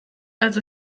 also